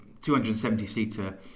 270-seater